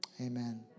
Amen